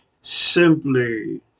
simply